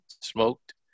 smoked